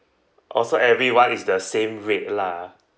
oh so everyone is the same rate lah